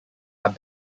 are